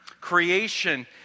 Creation